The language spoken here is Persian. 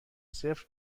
صفر